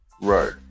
Right